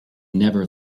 never